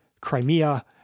Crimea